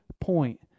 point